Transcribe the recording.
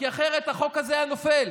כי אחרת החוק הזה היה נופל,